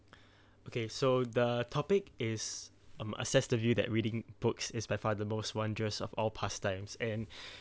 okay so the topic is um assess the view that reading books is by far the most wondrous of all pastimes and